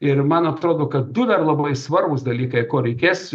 ir man atrodo kad du dar labai svarbūs dalykai ko reikės